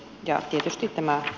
ja tietysti tämä